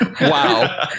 Wow